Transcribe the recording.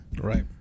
right